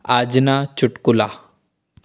આજના ચૂટકુલા